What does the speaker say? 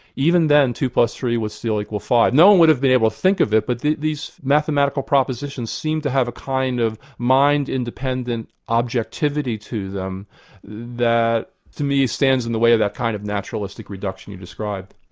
even then, two plus three would still equal five. no-one would have been able to think of it, but these mathematical propositions seem to have a kind of mind independent objectivity to them that to me stands in the way of that kind of naturalistic reduction you describe.